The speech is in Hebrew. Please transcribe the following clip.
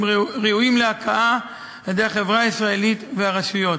ראויים להוקעה על-ידי החברה הישראלית והרשויות.